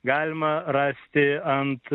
galima rasti ant